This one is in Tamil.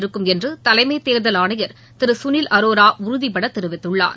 இருக்கும் என்று தலைமை தேர்தல் ஆணையர் திரு சுனில் அரோரா உறுதிபட தெரிவித்துள்ளார்